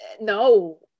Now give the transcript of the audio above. no